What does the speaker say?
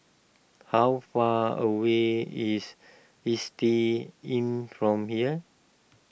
how far away is Istay Inn from here